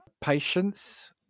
patience